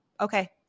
Okay